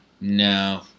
No